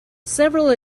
several